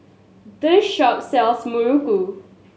this shop sells muruku